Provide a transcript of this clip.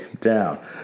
down